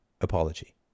apology